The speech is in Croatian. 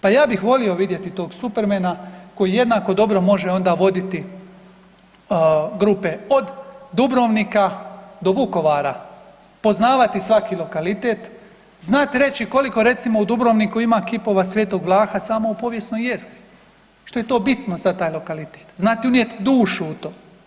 Pa ja bih volio tog supermena koji jednako dobro može onda voditi grupe od Dubrovnika do Vukovara, poznavati svaki lokalitet, znat reći koliko recimo u Dubrovniku ima kipova Sv. Vlaha samo u povijesnoj jezgri, što je to bitno za taj lokalitet, znati unijeti dušu u to.